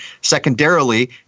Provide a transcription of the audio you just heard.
Secondarily